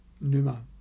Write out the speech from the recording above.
Numa